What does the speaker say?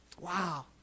Wow